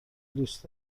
دوست